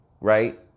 right